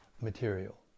material